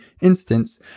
instance